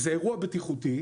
זה אירוע בטיחותי,